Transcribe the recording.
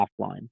offline